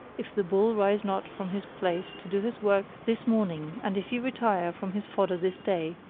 if the bull rise not from his place to do his work this morning and if he retire from his fodder this day,